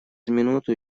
минуту